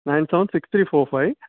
nine seven six three four five